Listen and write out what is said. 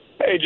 Hey